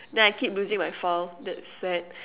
then I keep losing my file that's sad